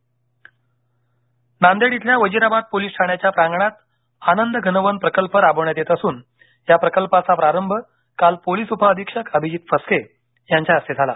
नांदेड नांदेड इथल्या वजीराबाद पोलीस ठाण्याच्या प्रांगणात आनंद घनवन प्रकल्प राबवण्यात येत असून या प्रकल्पाचा प्रारंभ काल पोलिस उपअधिक्षक अभिजित फस्के यांच्या हस्ते झाला